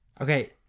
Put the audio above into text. Okay